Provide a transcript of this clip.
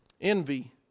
Envy